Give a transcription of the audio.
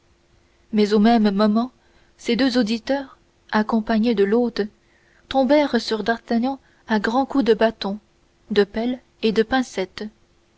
mais au même moment ses deux auditeurs accompagnés de l'hôte tombèrent sur d'artagnan à grands coups de bâtons de pelles et de pincettes